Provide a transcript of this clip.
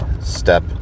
step